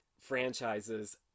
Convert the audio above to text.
franchises